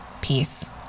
peace